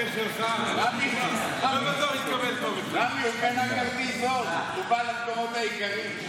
רמי, הוא קנה כרטיס זול, הוא בא למקומות היקרים.